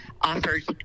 offers